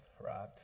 Right